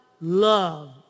love